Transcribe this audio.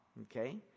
okay